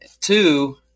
two